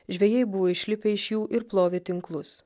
žvejai buvo išlipę iš jų ir plovė tinklus